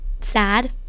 sad